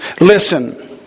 Listen